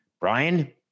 Brian